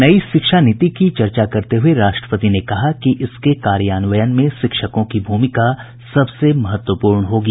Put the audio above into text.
नई शिक्षा नीति की चर्चा करते हुये राष्ट्रपति ने कहा कि इसके कार्यान्वयन में शिक्षकों की भूमिका सबसे महत्वपूर्ण होगी